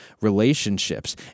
relationships